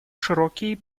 широкий